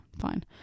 fine